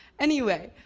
anyway,